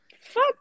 Fuck